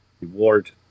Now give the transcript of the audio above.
reward